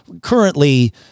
Currently